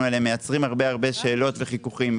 עליו מייצרים הרבה מאוד שאלות וחיכוכים.